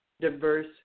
diverse